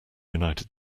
united